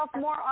more